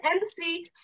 MC